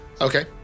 Okay